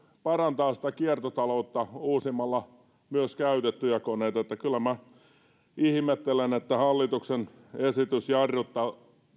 parantaa sitä kiertotaloutta uusimalla myös käytettyjä koneita niin että kyllä minä ihmettelen että hallituksen esitys jarruttaa